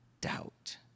doubt